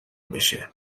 بشه